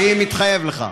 אני מתחייב לך.